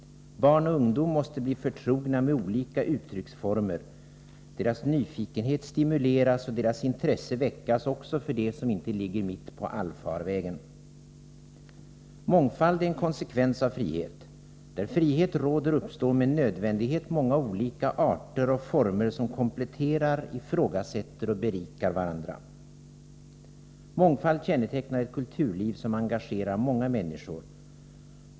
Barn och ungdom måste bli förtrogna med olika uttrycksformer, deras nyfikenhet stimuleras och deras intresse väckas också för det som inte ligger mitt på allfarvägen. Mångfald är en konsekvens av frihet. Där frihet råder uppstår med nödvändighet många olika arter och former, som kompletterar, ifrågasätter och berikar varandra. Mångfald kännetecknar ett kulturliv som engagerar många människor.